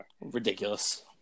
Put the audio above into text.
Ridiculous